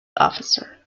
officer